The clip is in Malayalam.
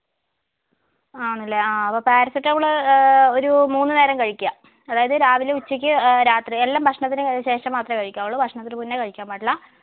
ആണല്ലേ ആ അപ്പോൾ പാരസെറ്റമോള് ഒരു മൂന്ന് നേരം കഴിക്കുക അതായത് രാവിലെ ഉച്ചയ്ക്ക് രാത്രി എല്ലാം ഭക്ഷണത്തിന് ശേഷം മാത്രമേ കഴിക്കാവുള്ളൂ ഭക്ഷണത്തിന് മുന്നേ കഴിക്കാന് പാടില്ല